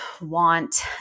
want